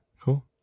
cool